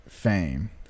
fame